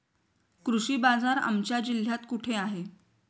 कृषी बाजार आमच्या जिल्ह्यात कुठे आहे?